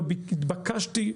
לא התבקשתי,